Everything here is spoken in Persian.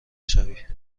شوی